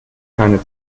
keine